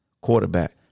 quarterback